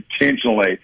intentionally